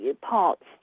parts